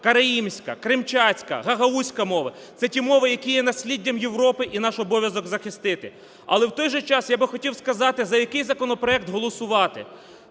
караїмська, кримчацька, гагаузька мова, це ті мови, які є насліддям Європи і наш обов'язок – захистити. Але в той же час я би хотів сказати за який законопроект голосувати.